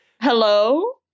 Hello